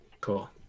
Cool